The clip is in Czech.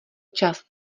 čas